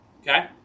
Okay